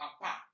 apart